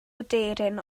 aderyn